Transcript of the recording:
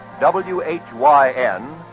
WHYN